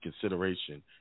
consideration